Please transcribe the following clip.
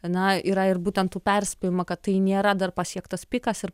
na yra ir būtent tų perspėjimų kad tai nėra dar pasiektas pikas ir